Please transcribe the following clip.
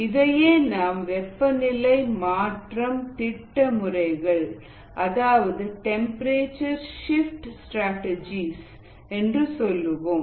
இதையே நாம் வெப்பநிலை மாற்றம் திட்ட முறைகள் அதாவது டெம்பரேச்சர் ஷிப்ட் ஸ்ட்ராடஜிஸ் என்று சொல்லுவோம்